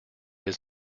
his